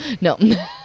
no